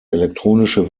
elektronische